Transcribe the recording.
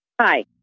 Hi